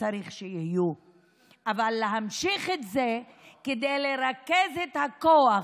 לשלם מיסים למדינת ישראל, לעשות הכול,